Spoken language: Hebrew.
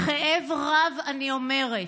בכאב רב אני אומרת: